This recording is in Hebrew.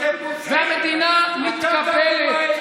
אתם פושעים, והמדינה מתקפלת.